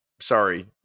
Sorry